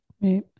Right